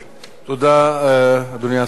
תודה, אדוני השר.